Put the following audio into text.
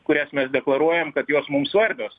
kurias mes deklaruojam kad jos mums svarbios